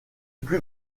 plus